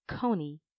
Coney